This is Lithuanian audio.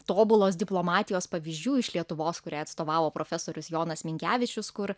tobulos diplomatijos pavyzdžių iš lietuvos kurią atstovavo profesorius jonas minkevičius kur